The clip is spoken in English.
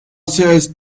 sells